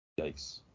Yikes